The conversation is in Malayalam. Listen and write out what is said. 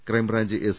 crime branch S